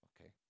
Okay